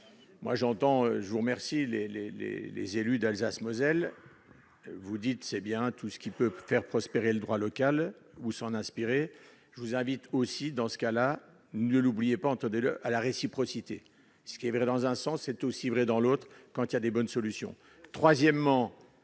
moi j'entends, je vous remercie les, les, les, les élus d'Alsace Moselle vous dites c'est bien tout ce qu'ils peuvent faire prospérer le droit local ou s'en inspirer, je vous invite aussi dans ce cas-là, ne l'oubliez pas honte le à la réciprocité, ce qui est vrai dans un sens, c'est aussi vrai dans l'autre, quand il y a des bonnes solutions,